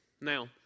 Now